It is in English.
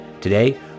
Today